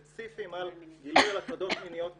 ספציפיים או גילוי על הטרדות מיניות בחברה.